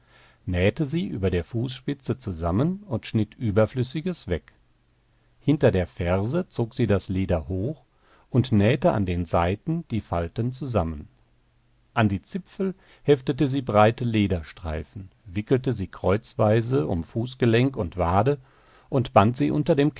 nähte sie über der fußspitze zusammen und schnitt überflüssiges weg hinter der ferse zog sie das leder hoch und nähte an den seiten die falten zusammen an die zipfel heftete sie breite lederstreifen wickelte sie kreuzweise um fußgelenk und wade und band sie unter dem